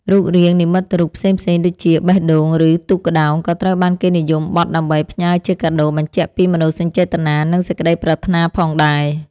រូបរាងនិមិត្តរូបផ្សេងៗដូចជា បេះដូង ឬទូកក្ដោង ក៏ត្រូវបានគេនិយមបត់ដើម្បីផ្ញើជាកាដូបញ្ជាក់ពីមនោសញ្ចេតនា និងសេចក្ដីប្រាថ្នាផងដែរ។